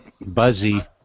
Buzzy